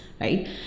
right